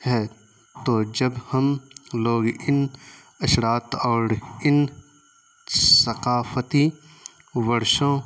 ہے تو جب ہم لوگ ان اثرات اور ان ثقافتی ورشوں